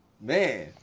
man